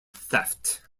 theft